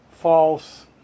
false